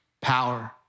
power